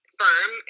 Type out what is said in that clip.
firm